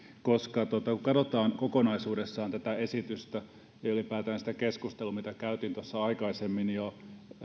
koska kun katsotaan kokonaisuudessaan tätä esitystä ja ylipäätään sitä keskustelua mitä käytiin tuossa aikaisemmin jo